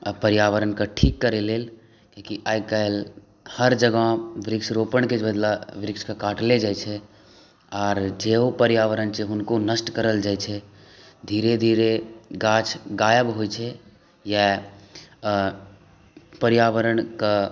पर्यावरणके ठीक करय लेल आइ काल्हि हर जगह वृक्षारोपणके बदला वृक्षके काटलै जाइ छै आर जेहो पर्यावरण छै हुनको नष्ट करल जाइ छै धीरे धीरे गाछ गायब होइ छै इएह पर्यावरणके